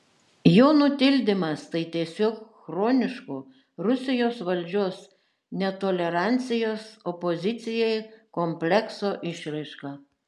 jo nutildymas tai tiesiog chroniško rusijos valdžios netolerancijos opozicijai komplekso išraiška